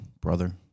brother